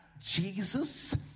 Jesus